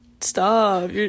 stop